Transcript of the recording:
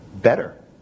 better